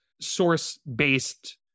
source-based